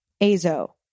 Azo